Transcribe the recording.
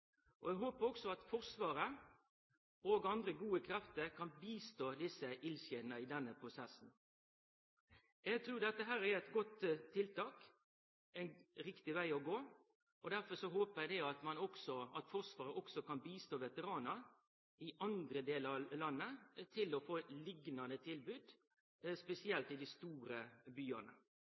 Hordaland. Eg håpar også at Forsvaret og andre gode krefter kan hjelpe desse eldsjelene i denne prosessen. Eg trur dette er eit godt tiltak, ein riktig veg å gå. Derfor håpar eg også at Forsvaret kan hjelpe veteranar i andre delar av landet med å få liknande tilbod, spesielt i dei store byane.